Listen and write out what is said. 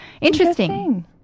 Interesting